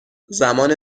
زمان